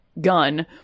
gun